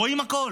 רואים הכול.